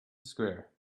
square